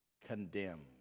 condemned